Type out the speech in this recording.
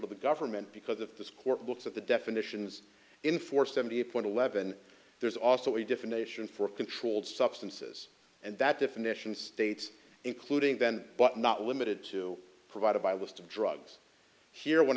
to the government because if this court looks at the definitions in four seventy eight point eleven there's also a different nation for controlled substances and that definition states including then but not limited to provided by a list of drugs here when